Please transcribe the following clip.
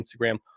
Instagram